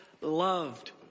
loved